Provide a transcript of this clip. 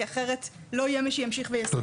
כי אחרת לא יהיה מי שימשיך לעשות את העבודה בהמשך.